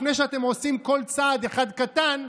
לפני שאתם עושים צעד אחד קטן,